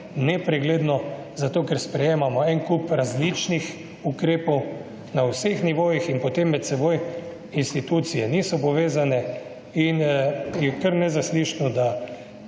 nepregledno zato, ker sprejemamo en kup različnih ukrepov na vseh nivojih in potem med seboj institucije niso povezane. In je kar nezaslišano, da